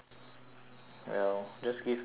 well just give people a chance